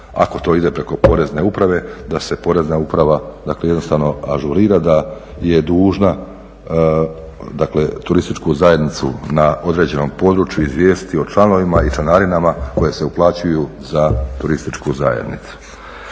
ako to ide preko Porezne uprave da se Porezna uprava jednostavno ažurira, da je dužna turističku zajednicu na određenom području izvijestiti o članovima i članarinama koje se uplaćuju za turističku zajednicu.